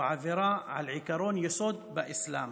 היא עבירה על עקרון יסוד באסלאם,